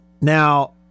Now